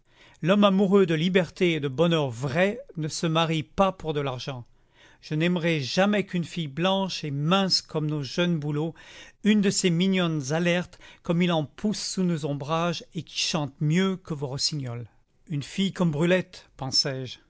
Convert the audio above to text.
l'homme amoureux de liberté et de bonheur vrai ne se marie pas pour de l'argent je n'aimerai jamais qu'une fille blanche et mince comme nos jeunes bouleaux une de ces mignonnes alertes comme il en pousse sous nos ombrages et qui chantent mieux que vos rossignols une fille comme brulette pensai-je